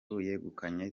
yegukanye